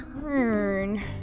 turn